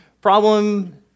Problem